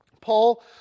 Paul